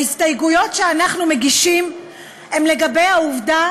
ההסתייגויות שאנחנו מגישים הן לגבי העובדה